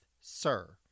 Sir